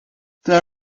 there